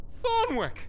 Thornwick